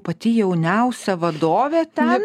pati jauniausia vadovė ten